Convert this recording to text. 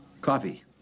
Coffee